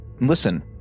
listen